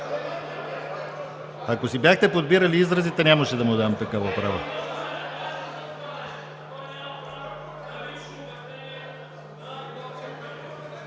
Ако си бяхте подбирали изразите, нямаше да му дам такова право.